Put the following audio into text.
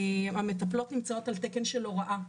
המטפלות נמצאות על תקן של הוראה.